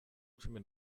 cumi